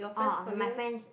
orh okay my friends